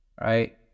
right